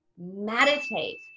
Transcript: meditate